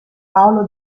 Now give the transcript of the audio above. paolo